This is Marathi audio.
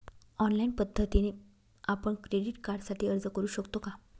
ऑनलाईन पद्धतीने आपण क्रेडिट कार्डसाठी अर्ज करु शकतो का?